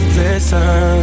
listen